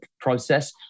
process